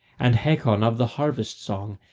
and hacon of the harvest-song,